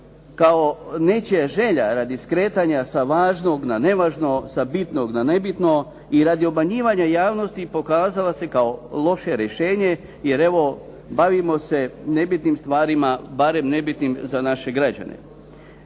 kao nečija želja radi skretanja sa važnog na nevažno, sa bitnog na nebitno i radi obmanjivanja javnosti pokazala se kao loše rješenje jer evo bavimo se nebitnim stvarima barem nebitnim za naše građane.